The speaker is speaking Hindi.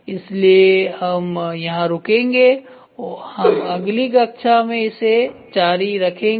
इसलिए हम यहां रुकेंगे हम अगली कक्षा में इसे जारी रखेंगे